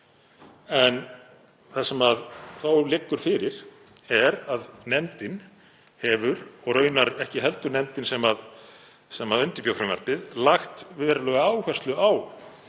En það sem liggur fyrir er að nefndin hefur ekki, og raunar ekki heldur nefndin sem undirbjó frumvarpið, lagt verulega áherslu á